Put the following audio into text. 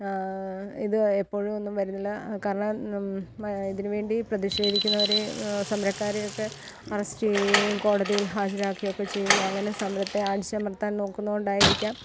ഇത് എപ്പോഴുമൊന്നും വരില്ല കാരണം ഇതിനു വേണ്ടി പ്രതിഷേധിക്കുന്നവരെ സമരക്കാരെയൊക്കെ അറസ്റ്റ് ചെയ്യുകയും കോടതിയിൽ ഹാജരാക്കുകയും ഒക്കെ ചെയ്യുന്നു അങ്ങനെ സമരത്തെ അടിച്ചമർത്താൻ നോക്കുന്നതു കൊണ്ടായിരിക്കാം